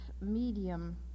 medium